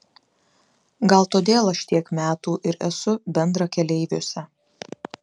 gal todėl aš tiek metų ir esu bendrakeleiviuose